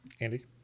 Andy